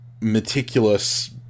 meticulous